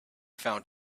found